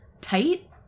Tight